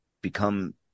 become